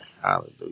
Hallelujah